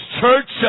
church